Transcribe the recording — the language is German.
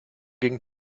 gegen